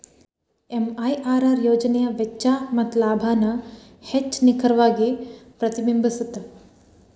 MIRR ಯೋಜನೆಯ ವೆಚ್ಚ ಮತ್ತ ಲಾಭಾನ ಹೆಚ್ಚ್ ನಿಖರವಾಗಿ ಪ್ರತಿಬಿಂಬಸ್ತ